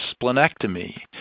splenectomy